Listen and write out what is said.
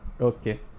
Okay